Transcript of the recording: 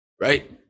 right